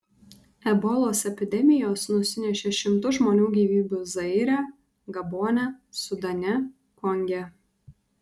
ebolos epidemijos nusinešė šimtus žmonių gyvybių zaire gabone sudane konge